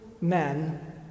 men